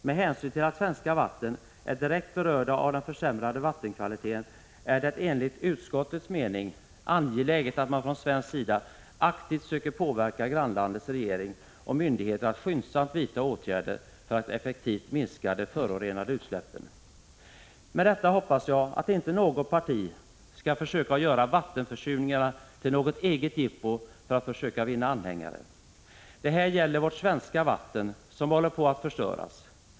Med hänsyn till att svenska vatten är direkt berörda av den försämrade vattenkvaliteten är det enligt utskottets mening angeläget att man från svensk sida aktivt söker påverka grannlandets regering och myndigheter att skyndsamt vidta åtgärder för att effektivt minska de förorenade utsläppen.” Med detta hoppas jag att inte något parti skall försöka göra vattenförsurningarna till något eget jippo för att vinna anhängare. Det är vårt svenska vatten som håller på att förstöras.